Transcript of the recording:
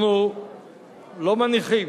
אנחנו לא מניחים,